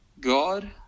God